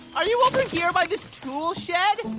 are you over here by this toolshed? yeah